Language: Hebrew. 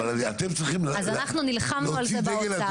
אבל אתם צריכים להוציא דגל אדום --- אז אנחנו נלחמנו על זה באוצר.